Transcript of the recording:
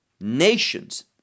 nations